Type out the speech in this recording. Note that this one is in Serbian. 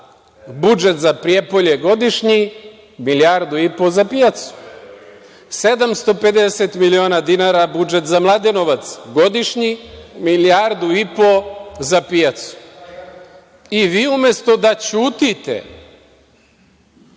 budžet za Prijepolje godišnji, milijardu i po za pijacu. Sedamsto pedeset miliona dinara budžet za Mladenovac godišnji, milijardu i po za pijacu.I vi umesto da ćutite,